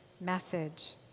message